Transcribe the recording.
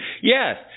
Yes